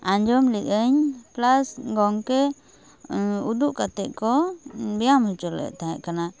ᱟᱸᱡᱚᱢ ᱞᱮᱫ ᱟᱹᱧ ᱯᱮᱞᱟᱥ ᱜᱚᱝᱠᱮ ᱩᱫᱩᱜ ᱠᱟᱛᱮᱫ ᱠᱚ ᱵᱮᱭᱟᱢ ᱦᱚᱪᱚᱞᱮᱫ ᱛᱟᱦᱮᱸ ᱠᱟᱱᱟ